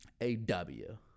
A-W